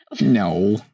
No